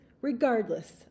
regardless